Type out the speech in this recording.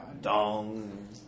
Dong